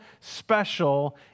special